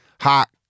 hot